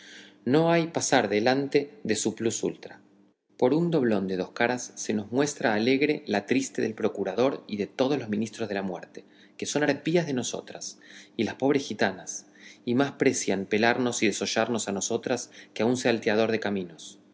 no hay pasar adelante de su plus ultra por un doblón de dos caras se nos muestra alegre la triste del procurador y de todos los ministros de la muerte que son arpías de nosotras las pobres gitanas y más precian pelarnos y desollarnos a nosotras que a un salteador de caminos